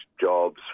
jobs